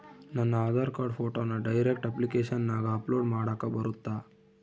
ನನ್ನ ಆಧಾರ್ ಕಾರ್ಡ್ ಫೋಟೋನ ಡೈರೆಕ್ಟ್ ಅಪ್ಲಿಕೇಶನಗ ಅಪ್ಲೋಡ್ ಮಾಡಾಕ ಬರುತ್ತಾ?